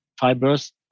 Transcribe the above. fibers